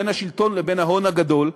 בין השלטון לבין ההון הגדול,